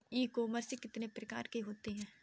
E commerce कितने प्रकार के होते हैं?